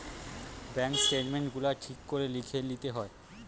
bank statement গুলা ঠিক করে লিখে লিতে হয়